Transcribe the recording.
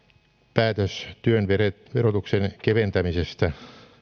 päätös työn verotuksen keventämisestä